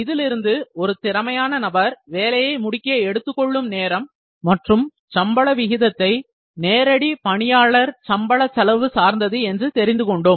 இதிலிருந்து ஒரு திறமையான நபர் வேலையை முடிக்க எடுத்துக்கொள்ளும் நேரம் மற்றும் சம்பள விகிதத்தை நேரடி பணியாளர் சம்பள செலவு சார்ந்தது என்று தெரிந்து கொண்டோம்